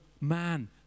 man